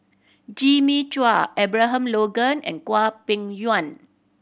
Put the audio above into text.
Jimmy Chua Abraham Logan and Kwang Peng Yuan